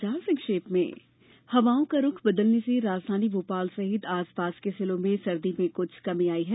मौसम हवाओं का रूख बदलने से राजधानी भोपाल सहित आसपास के जिलों में सर्दी में क्छ कमी आई है